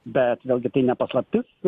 bet vėlgi tai ne paslaptis